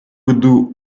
виду